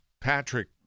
Patrick